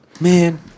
man